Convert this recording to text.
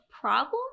problem